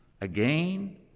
again